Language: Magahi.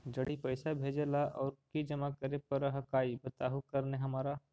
जड़ी पैसा भेजे ला और की जमा करे पर हक्काई बताहु करने हमारा?